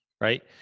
Right